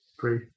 Three